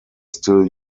still